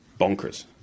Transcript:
bonkers